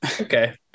Okay